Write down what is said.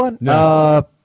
No